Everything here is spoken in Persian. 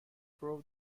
پرو